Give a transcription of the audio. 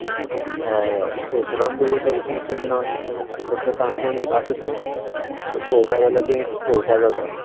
हय हय हय परशुराम देवूळ चडशें खंय ना फक्त काणकोण एक आसा तें पळोवपा जाल्यार तें एक पळोवपाक जाता